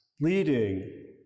leading